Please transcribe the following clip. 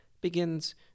begins